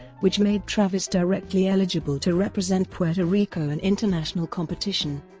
which made travis directly eligible to represent puerto rico in international competition.